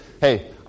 Hey